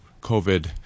COVID